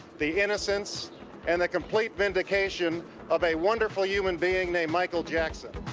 the innocence and the complete vindication of a wonderful human being named. michael. jackson